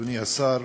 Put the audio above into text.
אדוני השר,